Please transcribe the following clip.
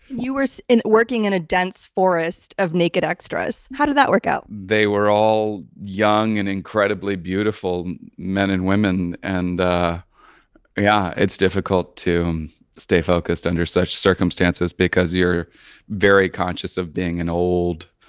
you were so working in a dense forest of naked extras. how did that work out? they were all young and incredibly beautiful men and women and yeah, it's difficult to stay focused under such circumstances because you're very conscious of being an old,